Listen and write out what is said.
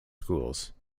schools